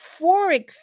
euphoric